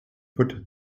put